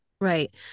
Right